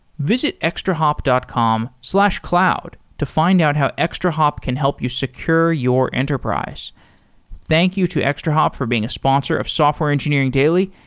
visit extrahop dot com slash cloud to find out how extrahop can help you secure your enterprise thank you to extrahop for being a sponsor of software engineering daily.